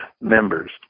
members